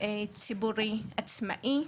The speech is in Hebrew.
ציבורי עצמאי,